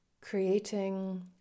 creating